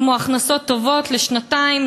כמו הכנסות טובות לשנתיים,